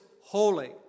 holy